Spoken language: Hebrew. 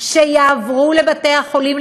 שיועברו לבתי-החולים,